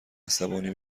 عصبانی